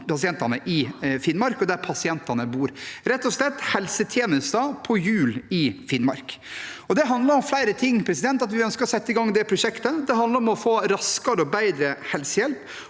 og der pasientene bor – rett og slett helsetjenester på hjul i Finnmark. Det handler om flere ting når vi ønsker å sette i gang det prosjektet. Det handler om å få raskere og bedre helsehjelp,